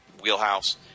wheelhouse